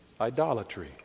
idolatry